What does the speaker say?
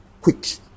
quick